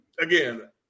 Again